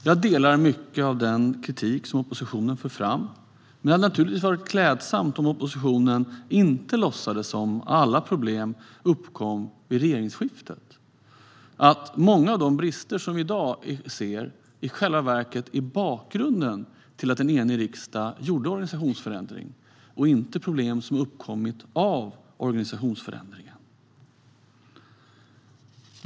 Jag delar mycket av den kritik som oppositionen för fram, men det hade naturligtvis varit klädsamt om oppositionen inte hade låtsats som att alla problem uppkom vid regeringsskiftet. Många av de brister vi ser i dag är i själva verket bakgrunden till att en enig riksdag gjorde en organisationsförändring. Det är inte problem som uppkommit av organisationsförändringen.